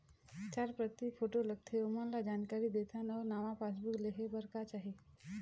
चार प्रति फोटो लगथे ओमन ला जानकारी देथन अऊ नावा पासबुक लेहे बार का का चाही?